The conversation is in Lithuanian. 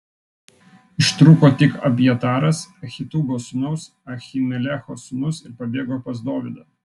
ištrūko tik abjataras ahitubo sūnaus ahimelecho sūnus ir pabėgo pas dovydą